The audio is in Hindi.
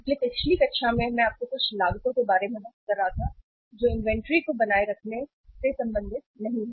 इसलिए पिछली कक्षा में मैं आपसे कुछ लागतों के बारे में बात कर रहा था जो इन्वेंट्री को बनाए रखने से संबंधित नहीं हैं